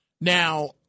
now